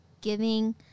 giving